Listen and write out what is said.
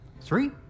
three